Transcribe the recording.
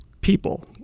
people